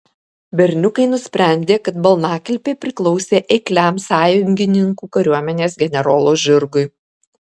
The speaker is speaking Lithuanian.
berniukai nusprendė kad balnakilpė priklausė eikliam sąjungininkų kariuomenės generolo žirgui